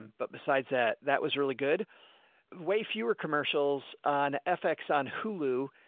but besides that, that was really good way. fewer commercials on fx. on hulu.